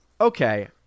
okay